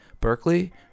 Berkeley